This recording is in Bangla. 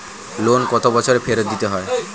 লোন কত বছরে ফেরত দিতে হয়?